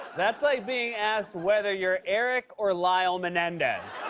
that's like being asked whether you're erik or lyle menendez.